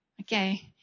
Okay